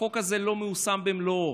החוק הזה לא מיושם במלואו.